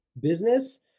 business